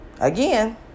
Again